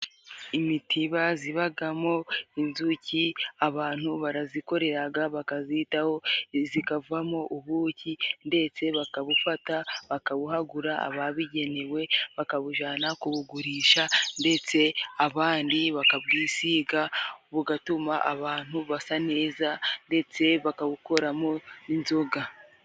Imitiba zibagamo inzuki, abantu barazikoreraga bakazitaho, zikavamo ubuki ndetse bakabufata bakabuhagura ababigenewe, bakabujana kubugurisha, ndetse abandi bakabwisiga bugatuma abantu basa neza, ndetse bakabukoramo n'inzoga.